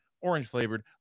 orange-flavored